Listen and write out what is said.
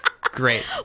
Great